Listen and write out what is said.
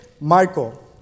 Michael